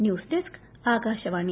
news desk Akashvani